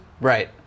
Right